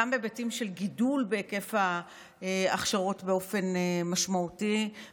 גם היבטים של גידול בהיקף ההכשרות באופן משמעותי,